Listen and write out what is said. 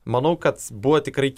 manau kad buvo tikrai